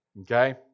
Okay